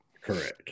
Correct